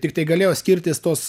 tiktai galėjo skirtis tos